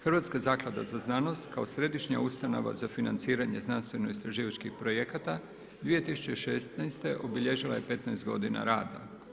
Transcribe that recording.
Hrvatska zaklada za znanost kao središnja ustanova za financiranje znanstveno istraživačkih projekata 2016. obilježila je 15 godina rada.